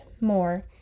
more